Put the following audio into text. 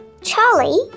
Charlie